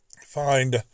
find